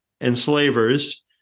enslavers